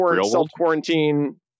self-quarantine